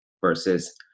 versus